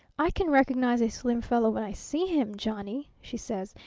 i can recognize a slim fellow when i see him, johnny she says,